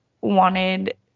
wanted